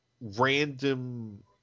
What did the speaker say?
random